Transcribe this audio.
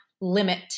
limit